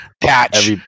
Patch